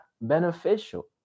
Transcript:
beneficial